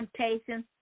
temptations